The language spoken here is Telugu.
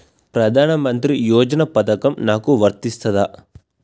ప్రధానమంత్రి యోజన పథకం నాకు వర్తిస్తదా?